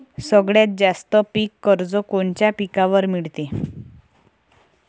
सगळ्यात जास्त पीक कर्ज कोनच्या पिकावर मिळते?